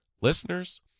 listeners